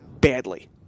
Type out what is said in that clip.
badly